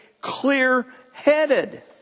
clear-headed